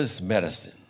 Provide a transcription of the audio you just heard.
medicine